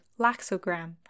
Laxogram